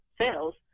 sales